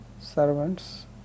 servants